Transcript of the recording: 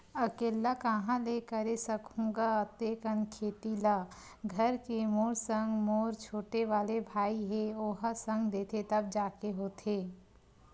अकेल्ला काँहा ले करे सकहूं गा अते कन खेती ल घर के मोर संग मोर छोटे वाले भाई हे ओहा संग देथे तब जाके होथे